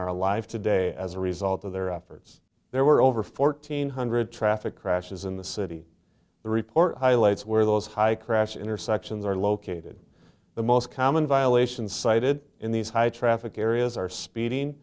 alive today as a result of their efforts there were over fourteen hundred traffic crashes in the city the report highlights were those high crash intersections are located the most common violations cited in these high traffic areas are speeding